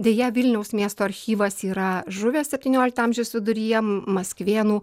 deja vilniaus miesto archyvas yra žuvęs septyniolikto amžiaus viduryje maskvėnų